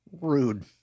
Rude